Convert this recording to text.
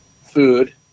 food